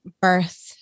birth